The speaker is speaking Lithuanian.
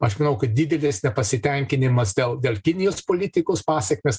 aš manau kad didelis nepasitenkinimas dėl dėl kinijos politikos pasekmės